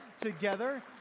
together